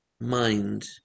Mind